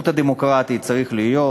וההידברות הדמוקרטית צריכים להיות.